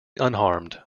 unharmed